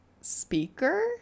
speaker